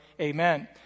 Amen